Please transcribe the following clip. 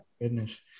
Goodness